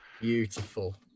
Beautiful